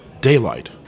daylight